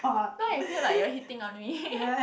now it feel like you are hitting on me